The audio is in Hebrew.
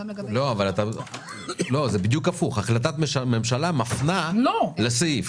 לא, זה בדיוק הפוך, החלטת ממשלה מפנה לסעיף.